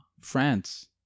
France